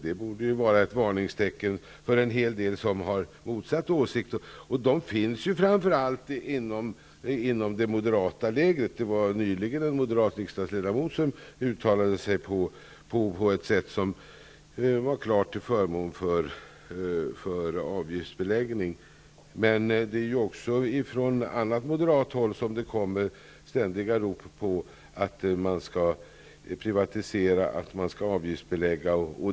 Det borde vara ett varningstecken för en hel del som har motsatt åsikt, och de finns framför allt i det moderata lägret. Nyligen uttalade sig en moderat riksdagsledamot klart till förmån för avgiftsbeläggning. Också från annat moderat håll kommer det ständiga rop på att man skall privatisera och avgiftsbelägga.